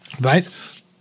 right